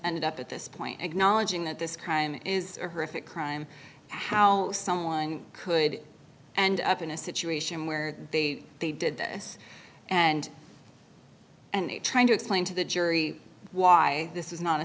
ended up at this point acknowledging that this crime is a horrific crime how someone could end up in a situation where they they did this and and trying to explain to the jury why this is not a